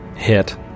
hit